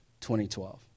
2012